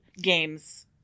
games